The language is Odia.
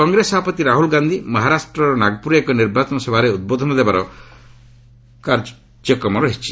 କଂଗ୍ରେସ ସଭାପତି ରାହୁଲ ଗାନ୍ଧୀ ମହାରାଷ୍ଟ୍ର ନାଗପୁରରେ ଏକ ନିର୍ବାଚନ ସଭାରେ ଉଦ୍ବୋଧନ ଦେବାର କାର୍ଯ୍ୟସୂଚୀ ରହିଛି